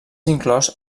inclòs